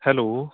hello